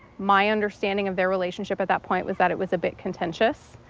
my understanding of their relationship at that point was that it was a bit contentious.